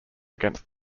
against